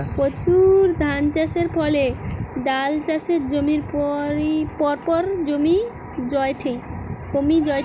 প্রচুর ধানচাষের ফলে ডাল চাষের জমি পরপর কমি জায়ঠে